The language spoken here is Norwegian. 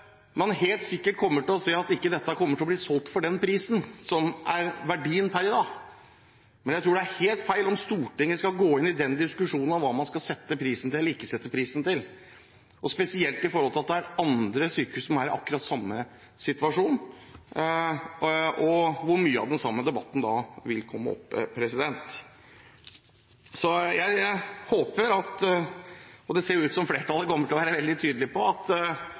man helt sikkert kommer til å se at ikke dette kommer til å bli solgt for den prisen som er verdien per i dag, men jeg tror det er helt feil om Stortinget skal gå inn i diskusjonen om hva man skal sette prisen til eller ikke sette prisen til, spesielt fordi det er andre sykehus som er i akkurat samme situasjon, og hvor mye av den samme debatten da vil komme opp. Jeg håper – og det ser det ut som flertallet kommer til være veldig tydelig på – at